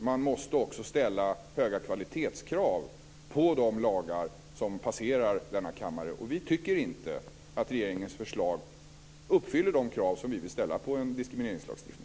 Man måste också ställa höga kvalitetskrav på de lagar som passerar denna kammare. Och vi tycker inte att regeringens förslag uppfyller de krav som vi vill ställa på en diskrimineringslagstiftning.